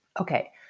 Okay